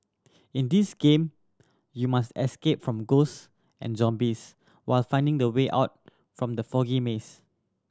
in this game you must escape from ghost and zombies while finding the way out from the foggy maze